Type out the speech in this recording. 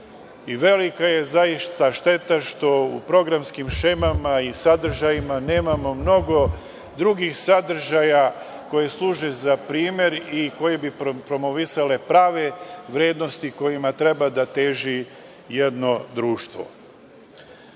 Velika je zaista šteta što u programskim šemama i sadržajima nemamo mnogo drugih sadržaja koji služe za primer i koji bi promovisali prave vrednostima kojima treba da teži jedno društvo. Ja